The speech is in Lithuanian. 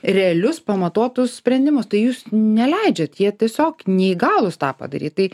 realius pamatuotus sprendimus tai jūs neleidžiat jie tiesiog neįgalūs tą padaryt tai